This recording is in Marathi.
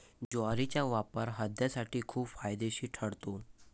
ज्वारीचा वापर हृदयासाठी खूप फायदेशीर ठरतो